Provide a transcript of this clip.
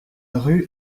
rue